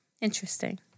Interesting